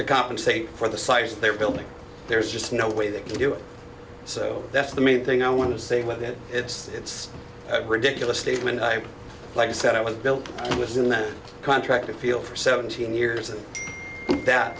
to compensate for the size they're building there's just no way they can do it so that's the main thing i want to say with it it's a ridiculous statement like i said i was built within that contract to feel for seventeen years and that